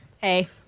hey